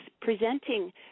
presenting